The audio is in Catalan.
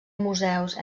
museus